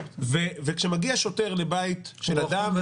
וכשמגיע שוטר לבית של אדם,